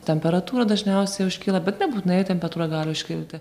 temperatūra dažniausiai užkyla bet nebūtinai temperatūra gali užkilti